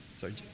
Sorry